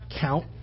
count